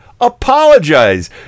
Apologize